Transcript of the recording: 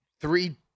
three